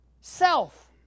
self